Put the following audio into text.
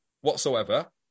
whatsoever